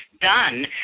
done